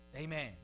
Amen